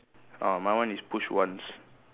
uh my one is push once